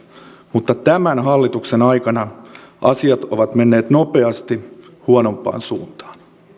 mutta tämän hallituksen aikana asiat ovat menneet nopeasti huonompaan suuntaan